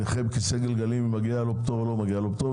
לנכה בכיסא גלגלים או לא מגיע לו פטור,